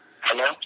Hello